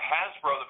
Hasbro